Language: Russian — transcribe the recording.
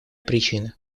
причины